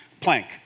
plank